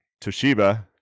toshiba